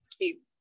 keep